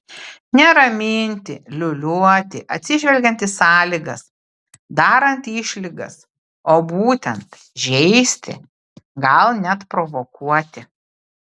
ne raminti liūliuoti atsižvelgiant į sąlygas darant išlygas o būtent žeisti gal net provokuoti